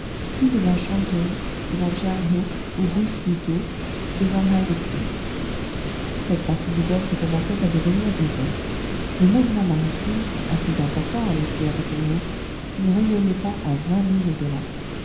puis devant shantung devant tschiang ho aux bouches du tau devant haï vé tsé cette partie du golfe commençait à devenir déserte le mouvement maritime assez important à l'estuaire du peï ho ne rayonnait pas à vingt milles au-delà